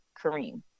kareem